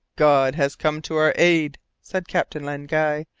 god has come to our aid, said captain len guy.